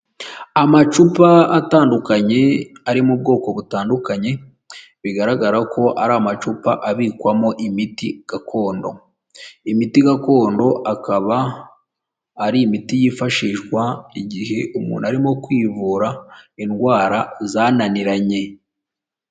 Amacupa atandukanye ari mu bwoko butandukanye, bigaragara ko ari amacupa abikwamo imiti gakondo, imiti gakondo akaba ari imiti yifashishwa igihe umuntu arimo kwivura indwara zananiranye.